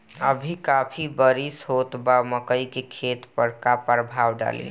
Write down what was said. अभी काफी बरिस होत बा मकई के खेत पर का प्रभाव डालि?